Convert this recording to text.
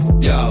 Yo